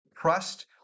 trust